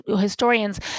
historians